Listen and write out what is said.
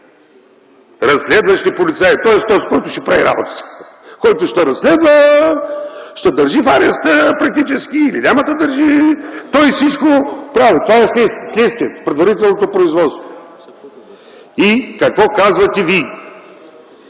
разследващи полицаи, тоест този, който ще прави работата. Който ще те разследва, ще те държи в ареста практически или няма да те държи, той всичко прави. Това е следствието, предварителното производство. И какво казвате вие?